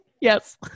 Yes